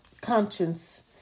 conscience